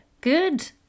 Good